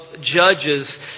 Judges